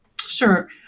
Sure